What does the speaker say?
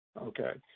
Okay